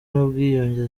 n’ubwiyunge